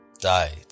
died